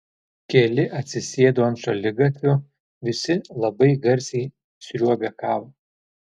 keli atsisėdo ant šaligatvio visi labai garsiai sriuobė kavą